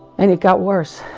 and it got worse,